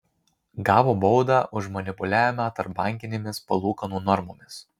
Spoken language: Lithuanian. gavo baudą už manipuliavimą tarpbankinėmis palūkanų normomis